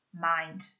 mind